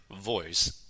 voice